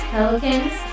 Pelicans